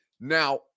Now